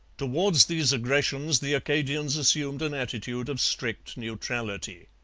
towards these aggressions the acadians assumed an attitude of strict neutrality.